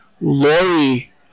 Lori